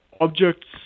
objects